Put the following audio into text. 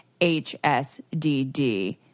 hsdd